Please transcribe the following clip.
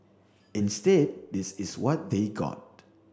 instead this is what they got